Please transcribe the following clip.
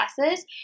classes